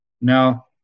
Now